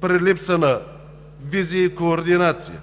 При липса на визия и координация,